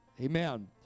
Amen